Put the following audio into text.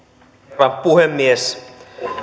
herra puhemies